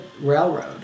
railroad